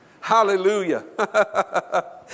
Hallelujah